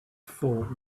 fort